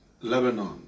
Lebanon